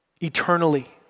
eternally